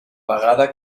vegada